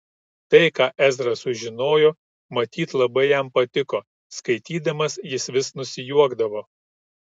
tai ką ezra sužinojo matyt labai jam patiko skaitydamas jis vis nusijuokdavo